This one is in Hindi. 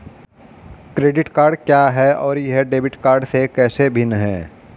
क्रेडिट कार्ड क्या है और यह डेबिट कार्ड से कैसे भिन्न है?